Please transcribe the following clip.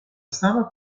sama